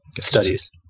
studies